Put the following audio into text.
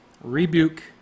rebuke